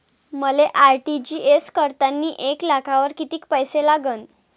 मले आर.टी.जी.एस करतांनी एक लाखावर कितीक पैसे लागन?